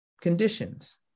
conditions